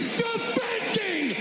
defending